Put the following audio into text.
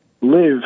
live